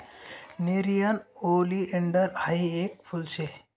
nerium oleander हायी येक फुल शे